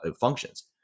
functions